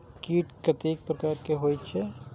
कीट कतेक प्रकार के होई छै?